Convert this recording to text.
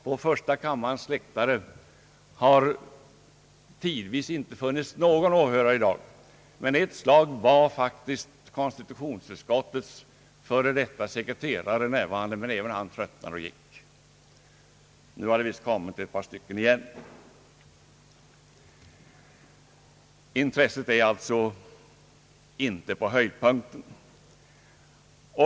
På första kammarens läktare har tidvis ingen åhörare alls funnits i dag. Konstitutionsutskottets före detta sekreterare befann sig faktiskt för en stund sedan på läktaren, men han tröttnade och gick. Nu ser jag några åhörare där igen. Intresset är alltså ingalunda på höjdpunkten.